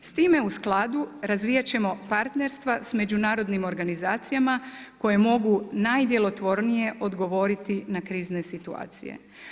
S time u skladu razvijati ćemo partnerstva sa međunarodnim organizacijama koje mogu najdjelotvornije odgovoriti na krizne situacije.